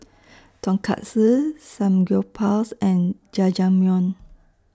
Tonkatsu Samgyeopsal and Jajangmyeon